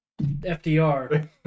FDR